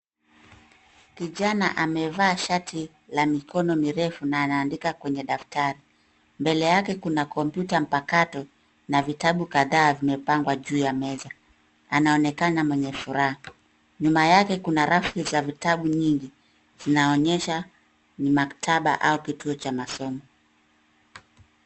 Kijana amevaa shati la mikono mirefu na anaandika kwenye daftari. Mbele yake kuna kompyuta mpakato, na vitabu kadhaa vimepangwa juu ya meza, anaonekana mwenye furaha. Nyuma yake kuna rafu za vitabu nyingi, zinaonyesha, ni maktaba au kituo cha masomo.